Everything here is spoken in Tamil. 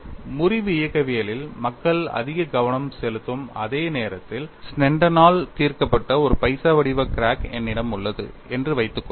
முறிவு இயக்கவியலில் மக்கள் அதிக கவனம் செலுத்தும் அதே நேரத்தில் ஸ்னெடனால் தீர்க்கப்பட்ட ஒரு பைசா வடிவ கிராக் என்னிடம் உள்ளது என்று வைத்துக் கொள்வோம்